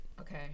Okay